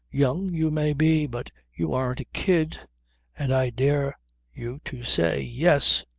young you may be, but you aren't a kid and i dare you to say yes!